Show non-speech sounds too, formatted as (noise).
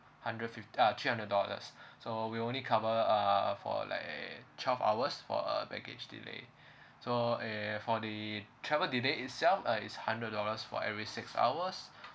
hundred fifty uh three hundred dollars (breath) so we only cover uh for like twelve hours for uh baggage delay so eh for the travel delay itself uh is hundred dollars for every six hours